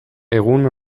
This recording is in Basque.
egun